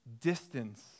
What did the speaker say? Distance